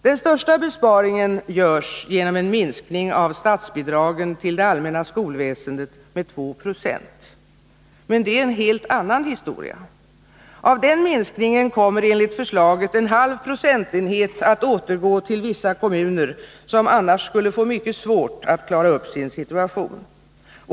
Den största besparingen görs genom en minskning av statsbidragen till det allmänna skolväsendet med 2 26, men det är en helt annan historia. Av den minskningen kommer enligt förslaget en halv procentenhet att återgå till vissa kommuner som annars skulle få mycket svårt att klara upp sin situation.